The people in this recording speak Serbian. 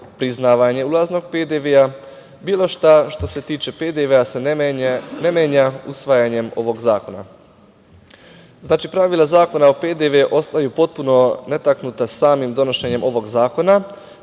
priznavanje ulaznog PDV, bilo šta što se tiče PDV se ne menja usvajanjem ovog zakona. Pravila zakona o PDV ostaju potpuno netaknuta samim donošenjem ovog zakona,